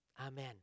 Amen